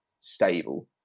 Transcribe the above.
stable